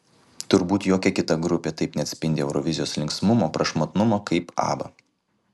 turbūt jokia kita grupė taip neatspindi eurovizijos linksmumo prašmatnumo kaip abba